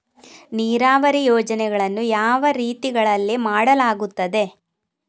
ನೀರಾವರಿ ಯೋಜನೆಗಳನ್ನು ಯಾವ ರೀತಿಗಳಲ್ಲಿ ಮಾಡಲಾಗುತ್ತದೆ?